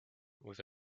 with